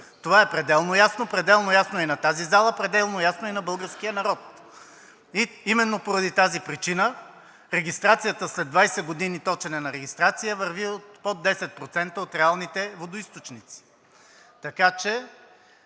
Това е пределно ясно – пределно ясно е и на тази зала, пределно ясно е и на българския народ! Именно поради тази причина регистрацията след 20 години точене на регистрация върви под 10% от реалните водоизточници. Така че